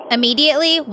Immediately